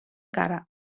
cara